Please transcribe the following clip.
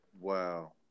Wow